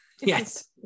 yes